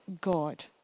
God